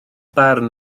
barn